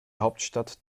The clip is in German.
hauptstadt